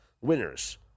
winners